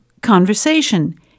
Conversation